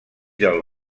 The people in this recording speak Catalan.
del